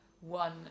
one